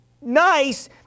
nice